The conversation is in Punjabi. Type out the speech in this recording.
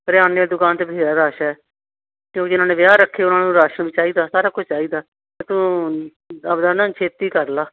ਕਰਿਆਨੇ ਵਾਲੀ ਦੁਕਾਨ 'ਤੇ ਬਥੇਰਾ ਰਸ਼ ਹੈ ਅਤੇ ਉਹ ਜਿਹਨਾਂ ਨੇ ਵਿਆਹ ਰੱਖੇ ਉਹਨਾਂ ਨੂੰ ਰਾਸ਼ਨ ਚਾਹੀਦਾ ਸਾਰਾ ਕੁਝ ਚਾਹੀਦਾ ਤੂੰ ਆਪਣਾ ਨਾ ਛੇਤੀ ਕਰ ਲਾ